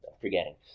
forgetting